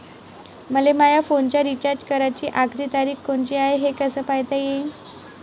मले माया फोनचा रिचार्ज कराची आखरी तारीख कोनची हाय, हे कस पायता येईन?